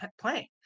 playing